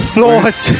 thought